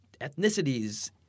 ethnicities